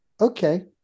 Okay